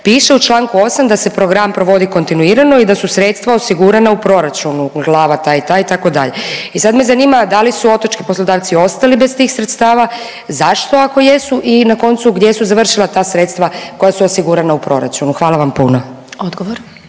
piše u Članku 8. da se program provodi kontinuirano i da su sredstva osigurana u proračunu glava ta i ta itd., i sad me zanima da li su otočki poslodavci ostali bez tih sredstava, zašto ako jesu i na koncu gdje su završila ta sredstva koja su osigurana u proračunu. Hvala vam puno. **Đurić,